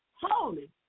holy